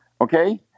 Okay